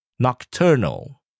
Nocturnal